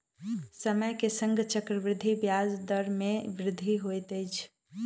समय के संग चक्रवृद्धि ब्याज दर मे वृद्धि होइत अछि